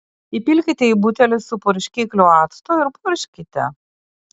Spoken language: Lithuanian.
įpilkite į butelį su purškikliu acto ir purkškite